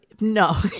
no